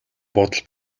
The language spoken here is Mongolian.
бодол